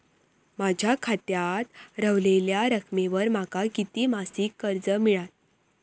माझ्या खात्यात रव्हलेल्या रकमेवर माका किती मासिक कर्ज मिळात?